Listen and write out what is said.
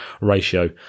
ratio